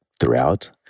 throughout